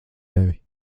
tevi